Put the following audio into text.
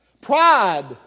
Pride